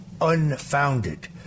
unfounded